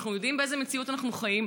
אנחנו יודעים באיזו מציאות אנחנו חיים,